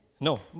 No